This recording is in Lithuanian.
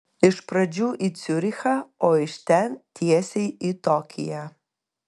iš pradžių į ciurichą o iš ten tiesiai į tokiją